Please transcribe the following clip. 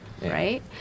right